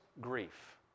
grief